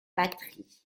patrie